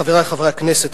חברי חברי הכנסת,